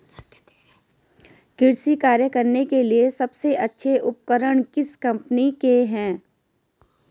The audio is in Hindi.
कृषि कार्य करने के लिए सबसे अच्छे उपकरण किस कंपनी के हैं?